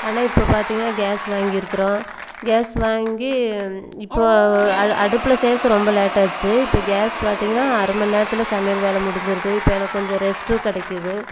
ஆனால் இப்போ பார்த்தீங்கன்னா கேஸ் வாங்கி இருக்கிறோம் கேஸ் வாங்கி இப்போ அ அடுப்பில் செய்கிறதுக்கு ரொம்ப லேட் ஆச்சு இப்போ கேஸ் பார்த்தீங்கன்னா அரை மணி நேரத்தில் சமையல் வேலை முடிஞ்சிடுது இப்போ எனக்கு கொஞ்சம் ரெஸ்ட்டும் கிடைக்குது